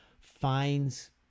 finds